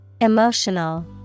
Emotional